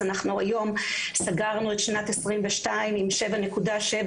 אנחנו היום סגרנו את שנת 2022 עם 7.7%,